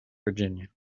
virginia